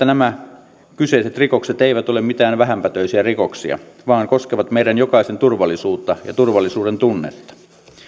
nämä kyseiset rikokset eivät ole mitään vähäpätöisiä rikoksia vaan koskevat meidän jokaisen turvallisuutta ja turvallisuudentunnetta